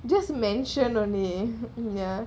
just mention only ya